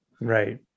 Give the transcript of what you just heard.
Right